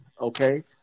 okay